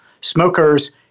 Smokers